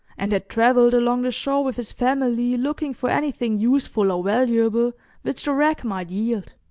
and had travelled along the shore with his family, looking for anything useful or valuable which the wreck might yield.